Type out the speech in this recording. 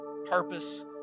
Purpose